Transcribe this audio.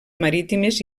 marítimes